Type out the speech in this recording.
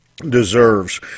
deserves